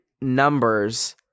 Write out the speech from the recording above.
numbers